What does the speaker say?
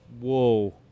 Whoa